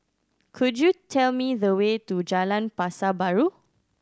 could you tell me the way to Jalan Pasar Baru